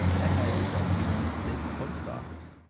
and neither does the united states postoffice.